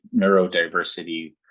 neurodiversity